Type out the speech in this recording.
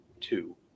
two